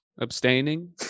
Abstaining